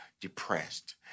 depressed